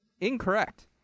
Incorrect